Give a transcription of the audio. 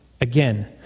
Again